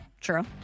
True